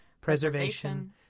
preservation